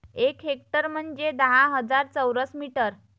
एक हेक्टर म्हंजे दहा हजार चौरस मीटर